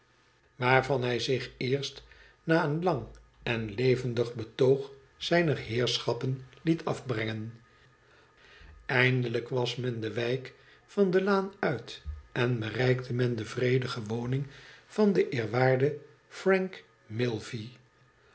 waarvan hij zich eerst na een lang en levendig betoog zijner heerschappen liet afbrengen eindelijk was men de wijk van de laan uit en bereikte men de vredige woning van den eerwaarden frank milvey